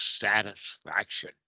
satisfaction